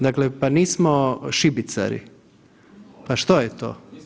Dakle, pa nismo šibicari, pa što je to?